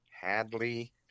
Hadley